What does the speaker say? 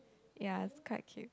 ya it's quite cute